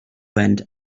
went